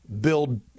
Build